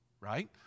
right